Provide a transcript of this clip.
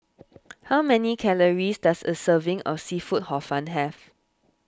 how many calories does a serving of Seafood Hor Fun have